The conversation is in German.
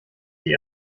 sie